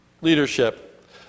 leadership